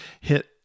hit